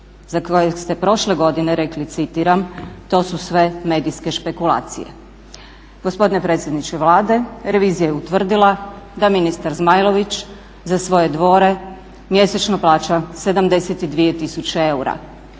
za kojeg ste prošle godine rekli citiram to su sve medijske špekulacije. Gospodine predsjedniče Vlade revizija je utvrdila da ministar Zmajlović za svoje dvore mjesečno plaća 72 tisuće eura.